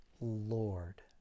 Lord